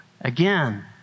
Again